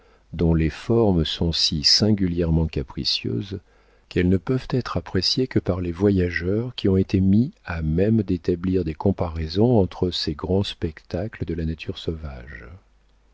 dont les formes sont si singulièrement capricieuses qu'elles ne peuvent être appréciées que par les voyageurs qui ont été mis à même d'établir des comparaisons entre ces grands spectacles de la nature sauvage